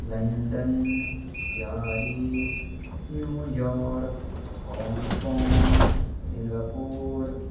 London Paris New York Hong Kong Singapore